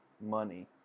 Money